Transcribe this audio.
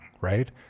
right